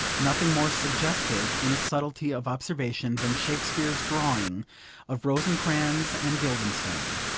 nothing more suggestive in its subtlety of observation, than shakespeare's drawing of rosencrantz and guildenstern.